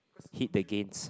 hit the games